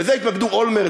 בזה התמקדו אולמרט,